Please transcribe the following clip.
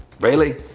really?